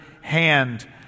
hand